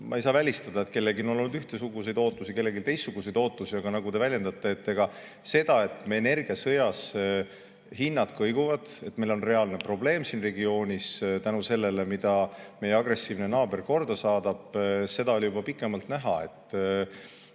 Ma ei saa välistada, et kellelgi on olnud ühesuguseid ootusi ja kellelgi teistsuguseid ootusi. Aga nagu te väljendasite, see, et meil energiasõjas hinnad kõiguvad ja et meil on reaalne probleem siin regioonis seetõttu, mida meie agressiivne naaber korda saadab, oli juba pikemat aega